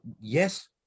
yes